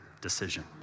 decision